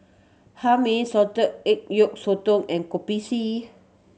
Hae Mee salted egg yolk sotong and Kopi C